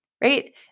right